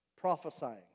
Prophesying